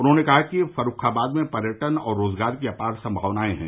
उन्होंने कहा कि फर्रूखाबाद में पर्यटन और रोजगार की अपार संभावनएं हैं